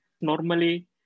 Normally